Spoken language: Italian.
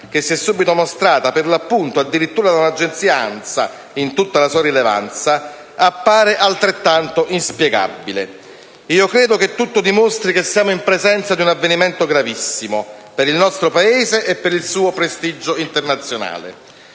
che si è subito mostrata, per l'appunto addirittura da un'agenzia ANSA in tutta la sua rilevanza, appare altrettanto inspiegabile. Io credo che tutto dimostri che siamo in presenza di un avvenimento gravissimo, per il nostro Paese e per il suo prestigio internazionale.